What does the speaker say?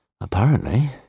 apparently